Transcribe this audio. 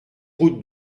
route